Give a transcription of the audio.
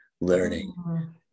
learning